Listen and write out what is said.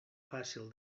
fàcil